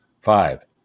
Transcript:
Five